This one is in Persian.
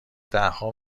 دهها